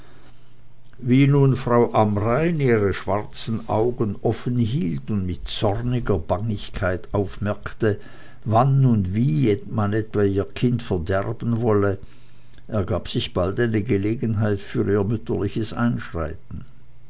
wie nun frau amrain ihre schwarzen augen offenhielt und mit zorniger bangigkeit aufmerkte wann und wie man etwa ihr kind verderben wolle ergab sich bald eine gelegenheit für ihr mütterliches einschreiten